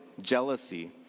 jealousy